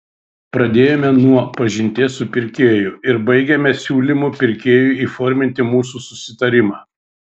pradėjome nuo pažinties su pirkėju ir baigėme siūlymu pirkėjui įforminti mūsų susitarimą